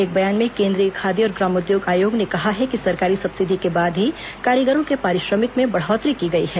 एक बयान में केंद्रीय खादी और ग्रामोद्योग आयोग ने कहा है कि सरकारी सब्सिडी के बाद ही कारीगरों के पारिश्रमिक में बढ़ोतरी की गई है